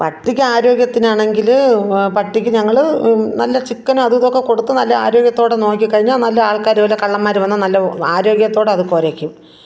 പട്ടിക്ക് ആരോഗ്യത്തിന് ആണെങ്കിൽ പട്ടിക്കു ഞങ്ങൾ നല്ല ചിക്കനും അതും ഇതും ഒക്കെ കൊടുത്തു നല്ല ആരോഗ്യത്തോടെ നോക്കി കഴിഞ്ഞാൽ നല്ല ആൾക്കാർ വല്ല കള്ളന്മാർ വന്ന നല്ല ആരോഗ്യത്തോടെ അത് കുറയ്ക്കും